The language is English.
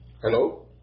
Hello